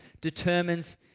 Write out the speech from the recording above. determines